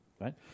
right